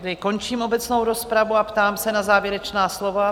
Končím obecnou rozpravu a ptám se na závěrečná slova.